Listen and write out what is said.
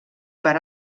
per